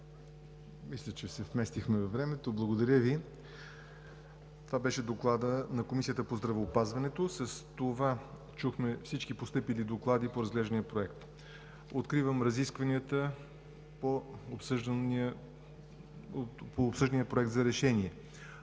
Мисля, че се вместихме във времето. Благодаря Ви. Това беше Докладът на Комисията по здравеопазването. С това чухме всички постъпили доклади по разглеждания проект. Откривам разискванията по обсъждания Проект за решение.